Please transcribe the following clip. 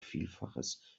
vielfaches